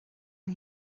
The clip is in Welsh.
mae